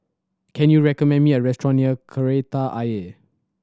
can you recommend me a restaurant near Kreta Ayer